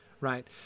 right